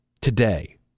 today